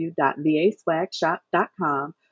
www.vaswagshop.com